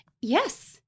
Yes